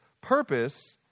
purpose